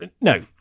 no